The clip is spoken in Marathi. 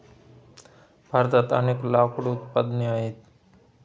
भारतात अनेक लाकूड उत्पादने आहेत